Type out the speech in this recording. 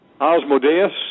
Osmodeus